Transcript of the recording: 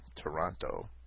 Toronto